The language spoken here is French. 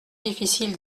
difficile